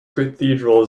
cathedral